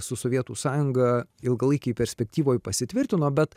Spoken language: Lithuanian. su sovietų sąjunga ilgalaikėj perspektyvoj pasitvirtino bet